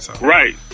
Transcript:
Right